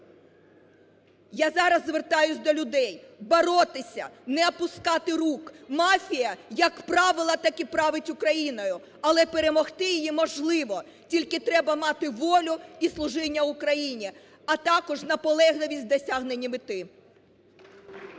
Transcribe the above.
Я зараз звертаюсь до людей: боротися, не опускати рук! Мафія як правила, так і править Україною. Але перемогти її можливо, тільки треба мати волю і служіння Україні, а також наполегливість у досягненні мети.